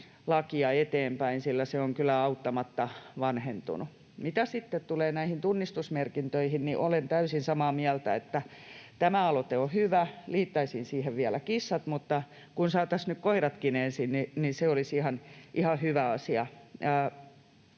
eteenpäin, sillä se on kyllä auttamatta vanhentunut. Mitä sitten tulee näihin tunnistusmerkintöihin, niin olen täysin samaa mieltä, että tämä aloite on hyvä. Liittäisin siihen vielä kissat, mutta kun saataisiin nyt koiratkin ensin, niin se olisi ihan hyvä asia.